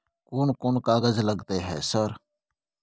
कोन कौन कागज लगतै है सर?